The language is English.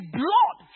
blood